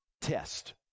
test